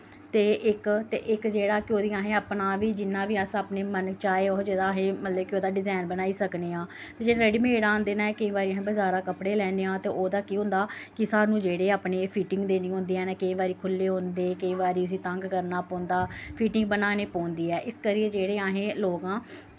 ते इक ते इक जेह्ड़ा कि ओह्दी असें अपना बी जिन्ना बी अस मन चाहे मतलव कि ओह्दा डिज़ैन बनाई सकने आं जेह्ड़े रड़ीमेड़ आंह्दे नै केंई बारी अस बज़ारा कपड़े लैने ओह् ते ओह्दा केह् होंदा कि स्हानू जेह्ड़े अपने फिटिंग दे निं होंदे केंई बारी खु'ल्ले होंदे केंई बारी उस्सी तंग करना पौंदा फिटिंग बनानी पौंदी ऐ इस करियै जेह्ड़े अस लोक आं